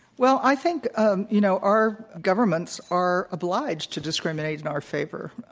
well, i think um you know our governments are obliged to discriminate in our favor.